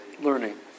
learning